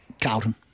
Carlton